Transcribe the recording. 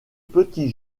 petit